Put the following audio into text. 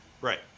right